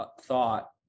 thought